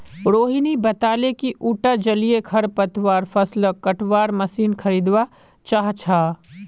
रोहिणी बताले कि उटा जलीय खरपतवार फ़सलक कटवार मशीन खरीदवा चाह छ